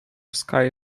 sky